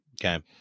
Okay